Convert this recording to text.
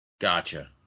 Gotcha